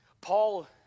Paul